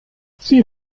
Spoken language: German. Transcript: sie